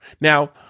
Now